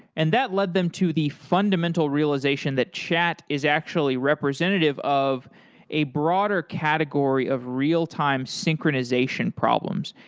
and that led them to the fundamental realization that chat is actually representative of a broader category of real time synchronization problems.